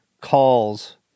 calls